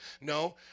No